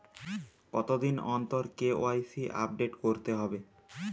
কতদিন অন্তর KYC update করতে হবে?